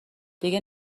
دیگه